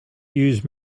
use